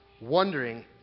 wondering